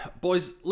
boys